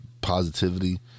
positivity